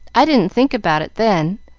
i didn't think about it then,